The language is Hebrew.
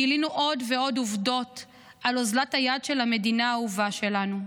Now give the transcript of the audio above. גילינו עוד ועוד עובדות על אוזלת היד של המדינה האהובה שלנו,